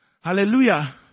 hallelujah